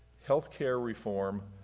healthcare reform,